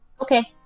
Okay